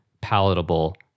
palatable